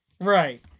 Right